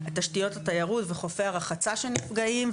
תשתיות לתיירות וחופי הרחצה שנפגעים,